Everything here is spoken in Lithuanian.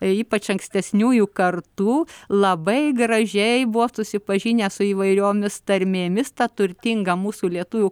ypač ankstesniųjų kartų labai gražiai buvo susipažinę su įvairiomis tarmėmis ta turtinga mūsų lietuvių